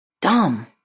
dumb